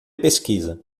pesquisa